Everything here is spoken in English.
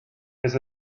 his